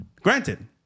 granted